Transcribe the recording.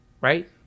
Right